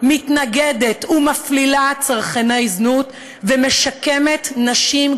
מתנגדת ומפלילה צרכני זנות ומשקמת נשים,